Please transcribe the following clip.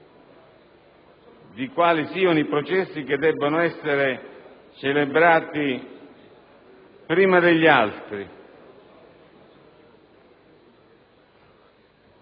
quali siano i processi che debbano essere celebrati prima degli altri.